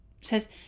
says